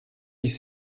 dix